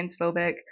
transphobic